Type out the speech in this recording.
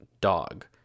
dog